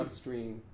upstream